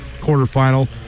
quarterfinal